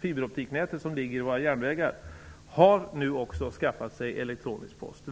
-- fiberoptiknätet som ligger i våra järnvägar -- har nu också skaffat sig elektronisk post.